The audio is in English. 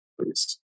please